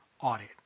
audit